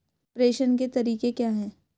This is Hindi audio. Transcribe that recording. प्रेषण के तरीके क्या हैं?